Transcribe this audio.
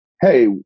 hey